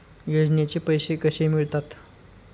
योजनेचे पैसे कसे मिळतात?